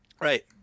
Right